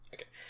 Okay